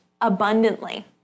abundantly